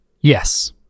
Yes